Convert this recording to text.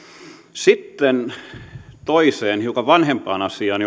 sitten toiseen hiukan vanhempaan asiaan